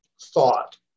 thought